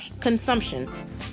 consumption